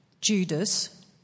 Judas